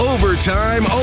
Overtime